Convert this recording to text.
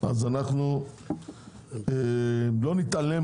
אז אנחנו לא נתעלם,